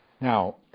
Now